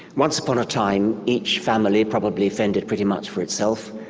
once upon a time each family probably fended pretty much for itself,